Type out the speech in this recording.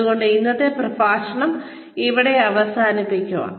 അതുകൊണ്ട് ഇന്നത്തെ പ്രഭാഷണം ഇവിടെ അവസാനിപ്പിക്കാം